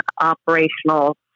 operational